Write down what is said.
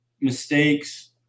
mistakes